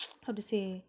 how to say